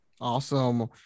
Awesome